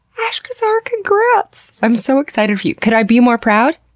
ashcasr, congrats! i'm so excited for you. could i be more proud?